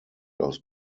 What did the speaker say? aus